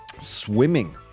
Swimming